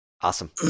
Awesome